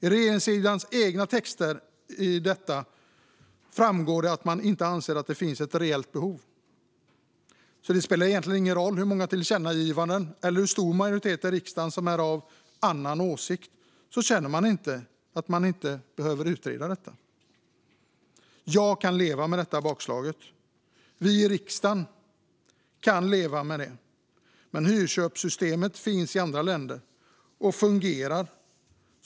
I regeringssidans egna texter framgår det att man inte anser att det finns ett reellt behov. Det spelar alltså egentligen ingen roll hur många tillkännagivanden vi riktar eller hur stor majoritet i riksdagen som är av annan åsikt; regeringen känner inte att man behöver utreda detta. Jag kan leva med detta bakslag, och vi i riksdagen kan leva med det. Men hyrköpssystemet finns i andra länder, och det fungerar.